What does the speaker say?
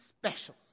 special